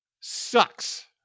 sucks